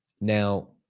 Now